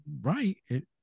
right